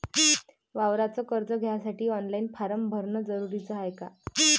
वावराच कर्ज घ्यासाठी ऑनलाईन फारम भरन जरुरीच हाय का?